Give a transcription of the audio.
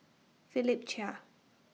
Philip Chia